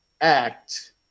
act